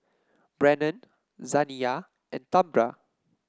Brennon Zaniyah and Tambra